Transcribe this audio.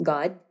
God